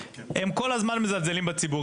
הם כל הזמן מזלזלים בציבור,